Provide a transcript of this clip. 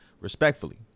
respectfully